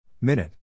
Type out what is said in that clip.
minute